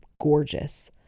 gorgeous